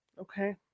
Okay